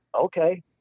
okay